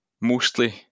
mostly